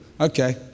Okay